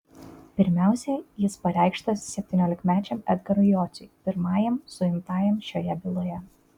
pirmiausiai jis pareikštas septyniolikmečiam edgarui jociui pirmajam suimtajam šioje byloje